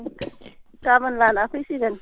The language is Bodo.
गाबोन लाना फैसिगोन